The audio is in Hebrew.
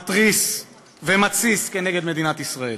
מתריס ומתסיס כנגד מדינת ישראל.